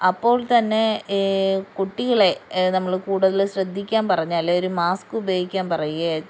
അപ്പോൾ തന്നെ കുട്ടികളെ നമ്മൾ കൂടുതൽ ശ്രദ്ധിക്കാൻ പറഞ്ഞാൽ ഒരു മാസ്ക് ഉപയോഗിക്കാൻ പറയുക